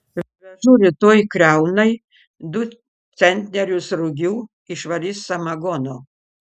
vežu rytoj kriaunai du centnerius rugių išvarys samagono